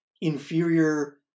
inferior